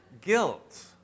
guilt